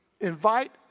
invite